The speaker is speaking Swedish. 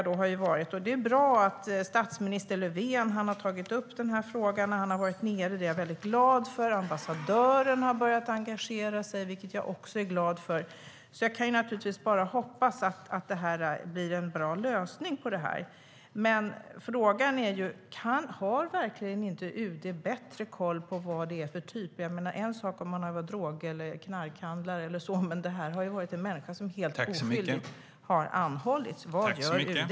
Det är bra att statsminister Löfven har tagit upp frågan när han har varit nere. Det är jag glad för. Ambassadören har börjat engagera sig, vilket jag också är glad för. Jag kan bara hoppas att det blir en bra lösning på det här. Men frågan är: Har UD verkligen inte bättre koll på vilka typer det handlar om? Det vore en sak om han var drog eller knarkhandlare, men det här är en helt oskyldig människa som har anhållits. Vad gör UD?